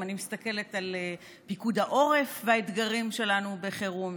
אם אני מסתכלת על פיקוד העורף והאתגרים שלנו בחירום,